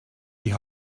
die